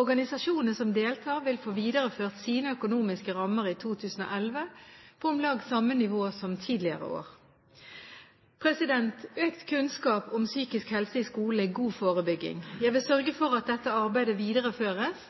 Organisasjonene som deltar, vil få videreført sine økonomiske rammer i 2011 på om lag samme nivå som tidligere år. Økt kunnskap om psykisk helse i skolen er god forebygging. Jeg vil sørge for at dette arbeidet videreføres